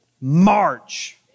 March